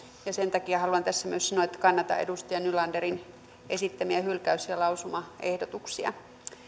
ja sen takia haluan tässä myös sanoa että kannatan edustaja nylanderin esittämiä hylkäys ja lausumaehdotuksia